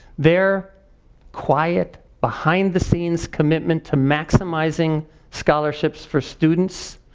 their quiet, behind the scenes commitment to maximizing scholarships for students